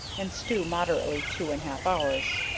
and stew moderately two and half hours.